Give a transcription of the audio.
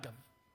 אגב.